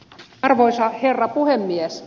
arvoisa herra puhemies